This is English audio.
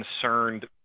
concerned